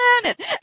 planet